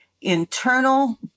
internal